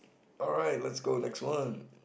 alright let's go next one